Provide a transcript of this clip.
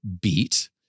beat